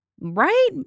Right